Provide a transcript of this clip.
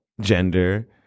gender